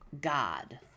god